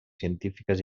científiques